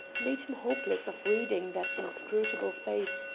made him hopeless of reading that inscrutable face,